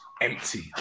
empty